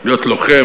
להיות לוחם,